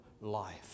life